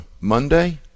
Monday